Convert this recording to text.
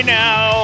now